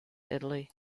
italy